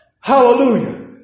Hallelujah